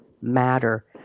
matter